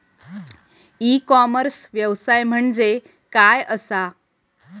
E commerce व्यवसाय म्हणजे काय असा?